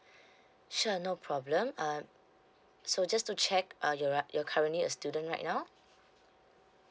sure no problem um so just to check uh you're you're currently a student right now